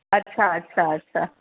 अच्छा अच्छा अच्छा